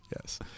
yes